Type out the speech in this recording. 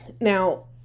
Now